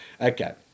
Okay